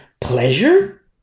pleasure